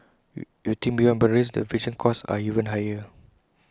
you you think beyond boundaries the friction costs are even higher